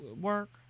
work